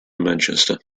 manchester